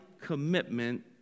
commitment